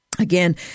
Again